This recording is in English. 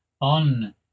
on